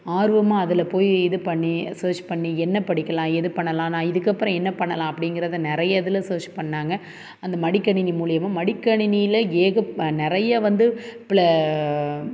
ஆர்வமாக அதில் போய் இது பண்ணி சர்ச் பண்ணி என்ன படிக்கலாம் ஏது பண்ணலாம் நான் இதுக்கப்புறம் என்ன பண்ணலாம் அப்படிங்கிறத நிறைய இதில் சர்ச் பண்ணிணாங்க அந்த மடிக்கணினி மூலிமா மடிக்கணினியில் ஏகப் நிறைய வந்து ப்ள